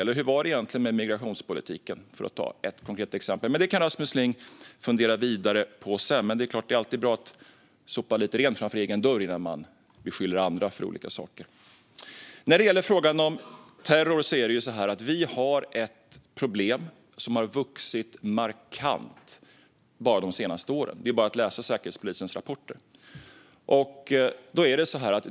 Eller hur var det egentligen med migrationspolitiken, för att ta ett konkret exempel? Det kan Rasmus Ling fundera vidare på sedan, men det är klart att det alltid är bra att sopa rent framför egen dörr innan man beskyller andra för olika saker. När det gäller frågan om terror har vi ett problem som har vuxit markant bara de senaste åren. Det är bara att läsa Säkerhetspolisens rapporter.